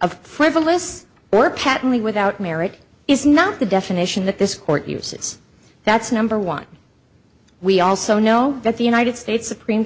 of frivolous or patently without merit is not the definition that this court uses that's number one we also know that the united states supreme